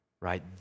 Right